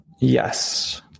Yes